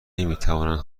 نمیتوانند